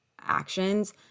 actions